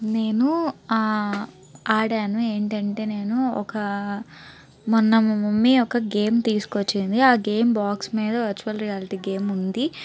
నేను ఆడాను ఏంటంటే నేను ఒక మొన్న మా మమ్మీ ఒక గేమ్ తీసుకొచ్చింది ఆ గేమ్ బాక్స్ మీద వర్చ్యువల్ రియాలిటీ గేమ్ ఉంది